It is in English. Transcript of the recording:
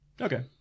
Okay